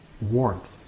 warmth